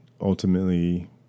ultimately